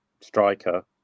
striker